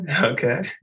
Okay